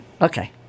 Okay